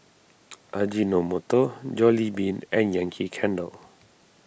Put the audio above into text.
Ajinomoto Jollibean and Yankee Candle